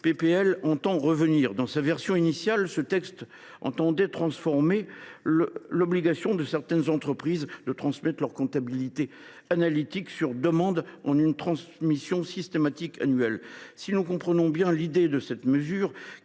vise à revenir. Dans sa version initiale, le texte prévoyait de transformer l’obligation, pour certaines entreprises, de transmettre leur comptabilité analytique sur demande en une transmission systématique annuelle. Si nous comprenons bien l’objectif de cette mesure,